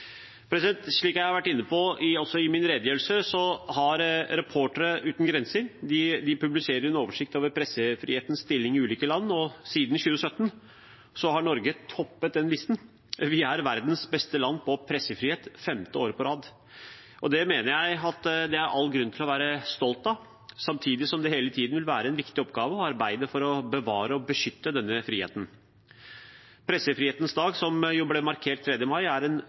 inne på i min redegjørelse, publiserer Reportere uten grenser en oversikt over pressefrihetens stilling i ulike land, og siden 2017 har Norge toppet den listen. Vi er verdens beste land på pressefrihet femte året på rad. Det mener jeg det er all grunn til å være stolt av, samtidig som det hele tiden vil være en viktig oppgave å arbeide for å bevare og beskytte denne friheten. Pressefrihetens dag, som ble markert 3. mai, er også en